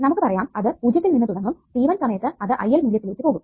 നമുക്ക് പറയാം അത് 0 ത്തിൽ നിന്ന് തുടങ്ങും t1 സമയത്തു അത് IL മൂല്യത്തിലേക്ക് പോകും